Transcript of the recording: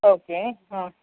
okay ಹಾಂ